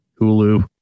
Hulu